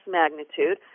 magnitude